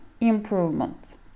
improvement